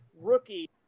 rookie